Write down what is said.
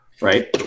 Right